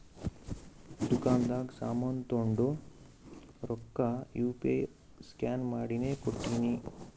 ದುಕಾಂದಾಗ್ ಸಾಮಾನ್ ತೊಂಡು ರೊಕ್ಕಾ ಯು ಪಿ ಐ ಸ್ಕ್ಯಾನ್ ಮಾಡಿನೇ ಕೊಟ್ಟಿನಿ